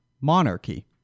monarchy